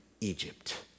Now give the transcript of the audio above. Egypt